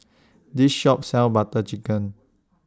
This Shop sells Butter Chicken